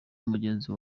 mugenzi